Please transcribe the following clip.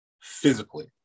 physically